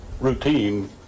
routine